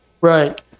right